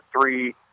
three